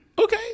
okay